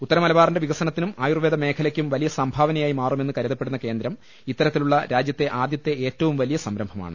ഉത്തര മലബാറിന്റെ വിക സനത്തിനും ആയൂർവേദ മേഖലക്കും വലിയ സംഭാവനയായി മാറുമെന്ന് കരുതപ്പെടുന്ന കേന്ദ്രം ഇത്തരത്തിലുള്ള രാജ്യത്തെ ആദ്യത്തെ ഏറ്റവും വലിയ സംരംഭമാണ്